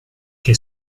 che